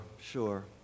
sure